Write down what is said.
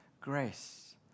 grace